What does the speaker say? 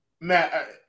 Matt